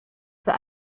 für